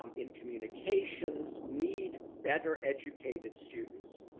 um in communications need better educated students,